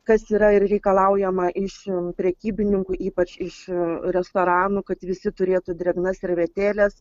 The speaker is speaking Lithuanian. kas yra ir reikalaujama iš prekybininkų ypač iš restoranų kad visi turėtų drėgnas servetėles